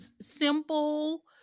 simple